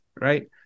right